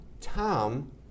Tom